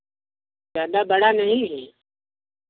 ज़्यादा बड़ा नहीं है